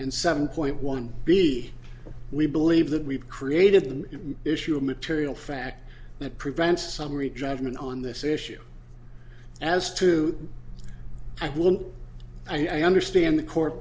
and seven point one b we believe that we've created an issue of material fact that prevents summary judgment on this issue as to i want i understand the court